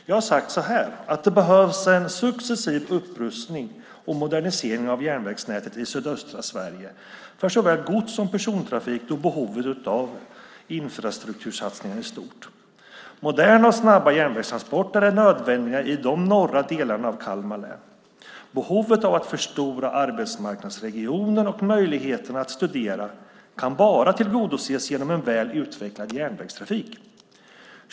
Jag har sagt att det behövs en successiv upprustning och modernisering av järnvägsnätet i sydöstra Sverige för såväl gods som persontrafik där behovet av infrastruktursatsningar är stort. Moderna och snabba järnvägstransporter är nödvändiga i de norra delarna av Kalmar län. Behovet av att förstora arbetsmarknadsregionen och möjligheterna att studera kan tillgodoses bara genom en väl utvecklad järnvägstrafik.